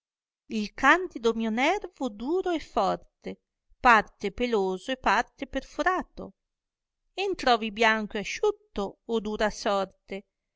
il candido mio nervo duro e forte parte peloso e parte perforato entròvi bianco e asciutto o dura sorte